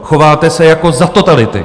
Chováte se jako za totality!